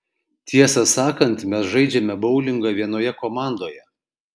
tiesą sakant mes žaidžiame boulingą vienoje komandoje